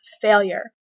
failure